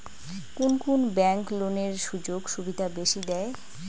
কুন কুন ব্যাংক লোনের সুযোগ সুবিধা বেশি দেয়?